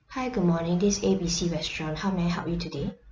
hi good morning this A B C restaurant how may I help you today